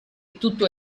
tutto